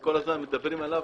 שכל הזמן מדברים עליו,